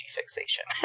fixation